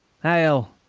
hail!